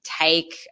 take